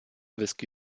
whisky